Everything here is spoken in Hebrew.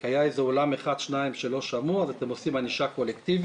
כי היה איזה אולם אחד או שניים שלא שמעו אז אתם עושים ענישה קולקטיבית?